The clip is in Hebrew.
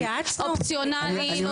אופציונלי --- התייעצנו.